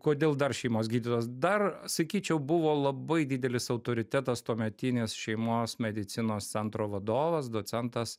kodėl dar šeimos gydytojas dar sakyčiau buvo labai didelis autoritetas tuometinės šeimos medicinos centro vadovas docentas